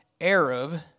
Arab